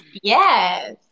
Yes